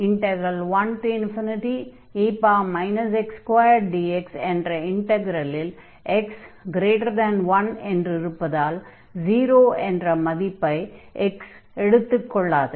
1dx என்ற இன்டக்ரலில் x1 என்றிருப்பதால் 0 என்ற மதிப்பை x எடுத்துக் கொள்ளாது